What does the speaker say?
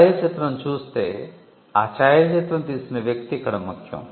ఛాయాచిత్రం చూస్తే ఆ ఛాయాచిత్రం తీసిన వ్యక్తి ఇక్కడ ముఖ్యం